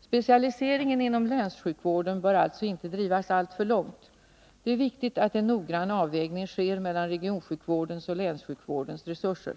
Specialiseringen inom länssjukvården bör alltså inte drivas alltför långt. Det är viktigt att en noggrann avvägning sker mellan regionsjukvårdens och länssjukvårdens resurser.